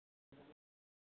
घणी वेटींग आ